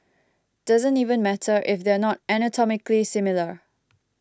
doesn't even matter if they're not anatomically similar